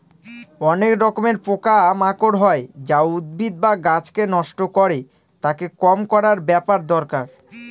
অনেক রকমের পোকা মাকড় হয় যা উদ্ভিদ বা গাছকে নষ্ট করে, তাকে কম করার ব্যাপার দরকার